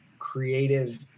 creative